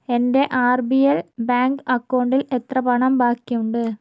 എൻ്റെ R B L bank അക്കൗണ്ടിൽ എത്ര പണം ബാക്കിയുണ്ട്